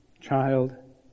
child